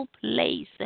place